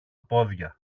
πόδια